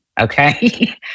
okay